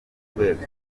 urwego